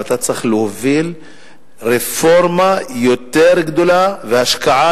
ואתה צריך להוביל רפורמה יותר גדולה והשקעה